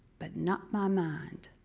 but not my mind.